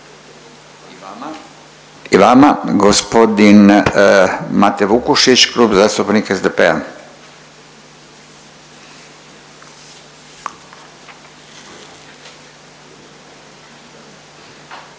I vama. Gospodin Mate Vukušić Klub zastupnika SDP-a.